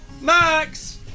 Max